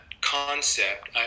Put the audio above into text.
concept